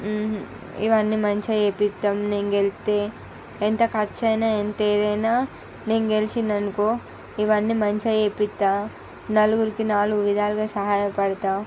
ఇవన్నీ మంచిగా ఏపిత్తమ్ నేను గెలిస్తే ఎంత ఖర్చైనా ఎంత ఇదైనా నేను గెల్చినానుకో ఇవన్నీ మంచిగా చేయిస్తా నలుగురికి నాలుగు విధాలుగా సహాయపడుతా